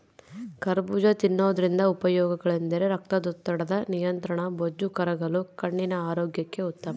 ಕರಬೂಜ ತಿನ್ನೋದ್ರಿಂದ ಉಪಯೋಗಗಳೆಂದರೆ ರಕ್ತದೊತ್ತಡದ ನಿಯಂತ್ರಣ, ಬೊಜ್ಜು ಕರಗಲು, ಕಣ್ಣಿನ ಆರೋಗ್ಯಕ್ಕೆ ಉತ್ತಮ